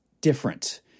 different